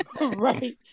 Right